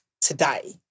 today